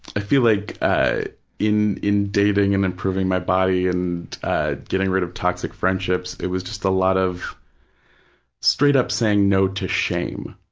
i feel like in in dating and improving my body and getting rid of toxic friendships, it was just a lot of straight-up saying no to shame,